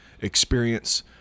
experience